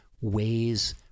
ways